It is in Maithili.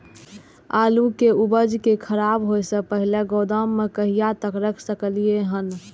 आलु के उपज के खराब होय से पहिले गोदाम में कहिया तक रख सकलिये हन?